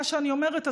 מה שאני אומרת,